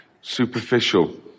superficial